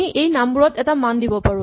আমি এই নামবোৰত এটা মান দিব পাৰো